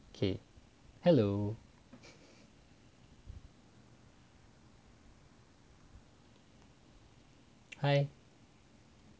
okay hello hi